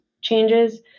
changes